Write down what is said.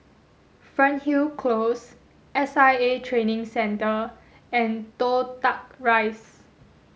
Fernhill Close S I A Training Centre and Toh Tuck Rise